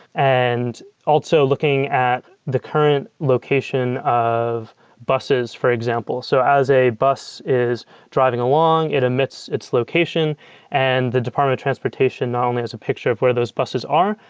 and also, looking at the current location of buses, for example. so as a bus is driving along, it emits its location and the department of transportation not only has a picture of where those buses are,